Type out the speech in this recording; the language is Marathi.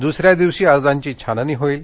दुसऱ्या दिवशी अर्जांची छाननी होईल